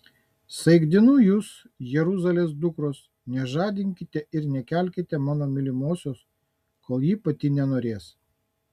saikdinu jus jeruzalės dukros nežadinkite ir nekelkite mano mylimosios kol ji pati nenorės